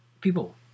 people